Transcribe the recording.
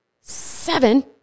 Seven